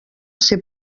ser